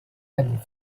adding